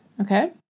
okay